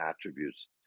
attributes